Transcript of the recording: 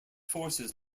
forces